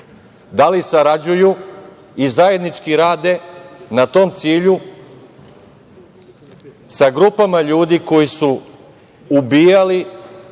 Da li sarađuju i zajednički rade na tom cilju sa grupama ljudi koji su ubijali